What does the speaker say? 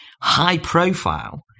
high-profile